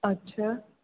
અચ્છા